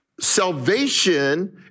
Salvation